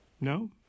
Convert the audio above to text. no